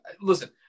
Listen